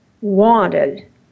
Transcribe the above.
wanted